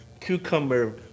cucumber